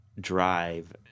drive